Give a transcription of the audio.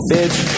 Bitch